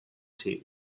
team